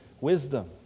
wisdom